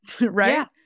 right